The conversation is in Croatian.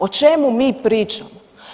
O čemu mi pričamo?